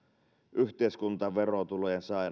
yhteiskunta verotulojen saajana